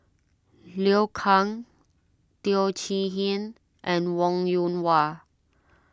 Liu Kang Teo Chee Hean and Wong Yoon Wah